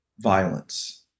violence